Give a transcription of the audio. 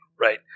Right